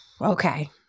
okay